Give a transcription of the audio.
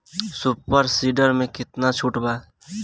Super seeder मै कितना छुट बा?